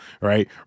right